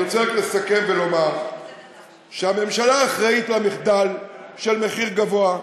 אני רוצה רק לסכם ולומר שהממשלה אחראית למחדל של מחיר גבוה.